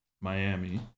Miami